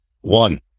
One